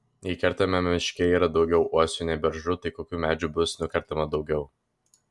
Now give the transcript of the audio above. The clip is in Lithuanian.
jei kertamame miške yra daugiau uosių nei beržų tai kokių medžių bus nukertama daugiau